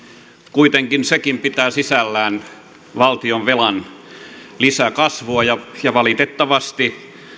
kuitenkin sekin pitää sisällään valtionvelan lisäkasvua ja ja valitettavasti